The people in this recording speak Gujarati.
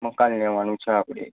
મકાન લેવાનું છે આપણે